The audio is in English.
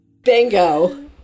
Bingo